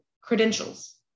credentials